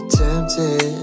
tempted